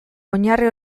oinarri